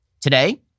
Today